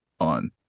on